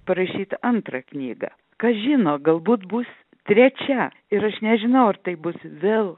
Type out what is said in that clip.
parašyt antrą knygą kas žino galbūt bus trečia ir aš nežinau ar tai bus vėl